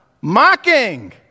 Mocking